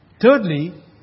Thirdly